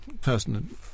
person